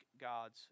God's